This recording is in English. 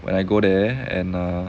when I go there and err